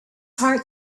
heart